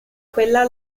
quella